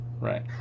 Right